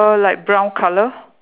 err like brown colour